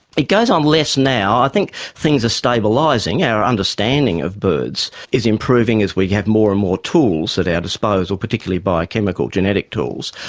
it goes on less now. i think things are stabilising, our understanding of birds is improving as we have more and more tools at our disposal, particularly biochemical genetic tools.